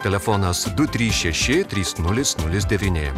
telefonas du trys šeši trys nulis nulis devyni